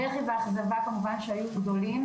הבכי והאכזבה כמובן היו גדולים,